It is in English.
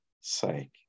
sake